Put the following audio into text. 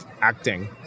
acting